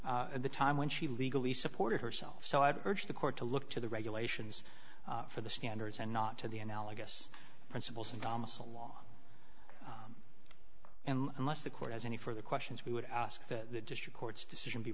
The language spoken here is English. to the time when she legally supported herself so i'd urge the court to look to the regulations for the standards and not to the analogous principles in domicile law and unless the court has any further questions we would ask that the district court's decision be